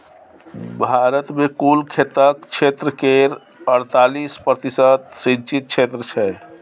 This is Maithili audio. भारत मे कुल खेतक क्षेत्र केर अड़तालीस प्रतिशत सिंचित क्षेत्र छै